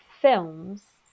films